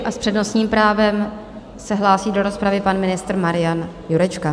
A s přednostním právem se hlásí do rozpravy pan ministr Marian Jurečka.